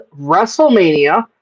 WrestleMania